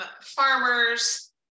farmers